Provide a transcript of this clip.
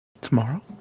tomorrow